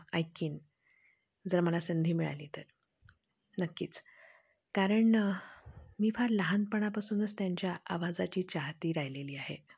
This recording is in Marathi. ऐक्य जर मला संधी मिळाली तर नक्कीच कारण मी फार लहानपणापासूनच त्यांच्या आवाजाची चाहती राहिलेली आहे